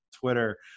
Twitter